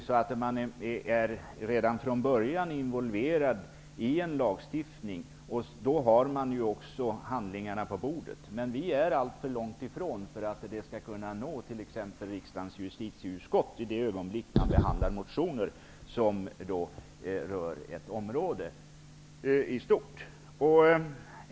Man är på så sätt redan från början involverad i lagstiftningen, och man har i och med det också handlingarna på bordet. Men vi står alltför långt ifrån den processen för att den skall kunna nå t.ex. riksdagens justitieutskott i det ögonblick vi behandlar en motion som rör ett område i stort.